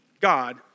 God